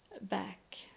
back